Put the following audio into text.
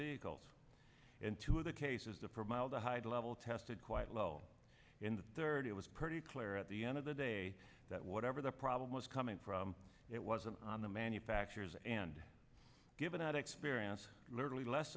vehicles in two of the cases the per mile the high level tested quite low in the third it was pretty clear at the end of the day that whatever the problem was coming from it wasn't on the manufacturers and given out experience literally less